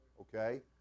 okay